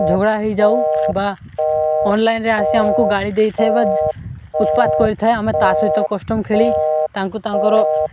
ଝଗଡ଼ା ହୋଇଯାଉ ବା ଅନଲାଇନ୍ରେେ ଆସି ଆମକୁ ଗାଳି ଦେଇଥାଏ ବା ଉତ୍ପାତ କରିଥାଏ ଆମେ ତା ସହିତ କଷ୍ଟମ୍ ଖେଳି ତାଙ୍କୁ ତାଙ୍କର